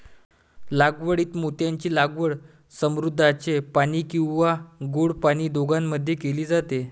लागवडीत मोत्यांची लागवड समुद्राचे पाणी किंवा गोड पाणी दोघांमध्ये केली जाते